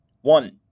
One